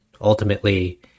ultimately